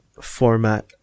format